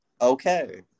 Okay